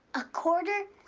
a quarter!